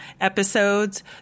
episodes